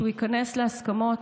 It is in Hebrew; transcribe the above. שהוא ייכנס להסכמות,